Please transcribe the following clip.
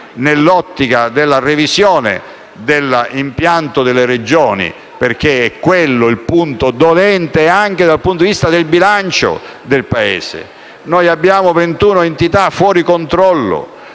nell'ottica della revisione dell'impianto delle Regioni, perché è quello il punto dolente, anche dal punto di vista del bilancio del Paese. Noi abbiamo ventuno entità fuori controllo: